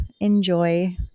Enjoy